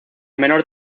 menor